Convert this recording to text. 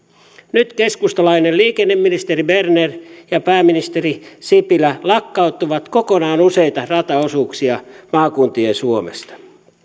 nyt keskustalainen liikenneministeri berner ja pääministeri sipilä lakkauttavat kokonaan useita rataosuuksia maakuntien suomesta